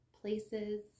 places